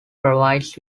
provides